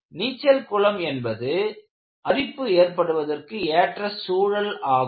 நீச்சல் குளம் என்பது அரிப்பு ஏற்படுவதற்கு ஏற்ற சூழல் ஆகும்